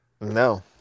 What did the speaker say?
No